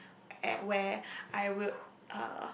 at where I would uh